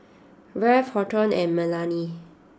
Rafe Horton and Melany